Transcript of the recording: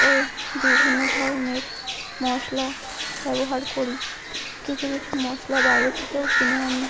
ও বিভিন্ন ধরনের মশলা ব্যবহার করি কিছু কিছু মশলা বাইরে থেকেও কিনে আনি